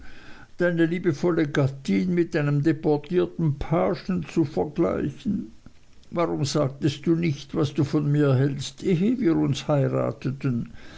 deine liebevolle gattin mit einem deportierten pagen zu vergleichen warum sagtest du nicht was du von mir hältst ehe wir uns heirateten